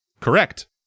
Correct